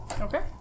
Okay